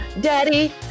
daddy